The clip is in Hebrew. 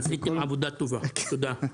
עשיתם עבודה טובה, תודה.